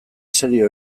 serio